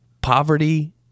poverty